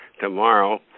tomorrow